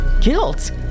Guilt